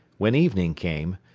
when evening came,